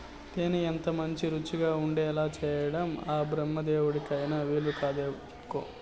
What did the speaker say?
తేనె ఎంతమంచి రుచిగా ఉండేలా చేయడం ఆ బెమ్మదేవుడికైన వీలుకాదనుకో